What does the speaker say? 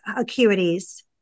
acuities